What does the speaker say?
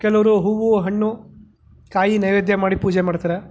ಕೆಲವರು ಹೂವು ಹಣ್ಣು ಕಾಯಿ ನೈವೇದ್ಯ ಮಾಡಿ ಪೂಜೆ ಮಾಡ್ತಾರೆ